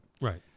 Right